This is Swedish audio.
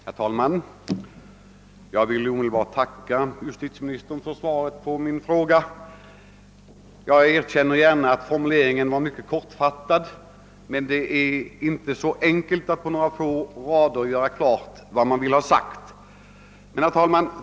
Herr talman! Jag vill omedelbart tacka justitieministern för svaret på min fråga. Jag erkänner gärna att min formulering var mycket kortfattad, men det är inte så enkelt att på några få rader göra klart vad man vill ha sagt.